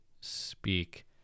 speak